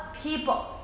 people